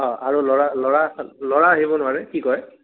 অ' আৰু ল'ৰা ল'ৰা ল'ৰা আহিব নোৱাৰে কি কয়